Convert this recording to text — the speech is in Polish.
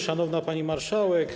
Szanowna Pani Marszałek!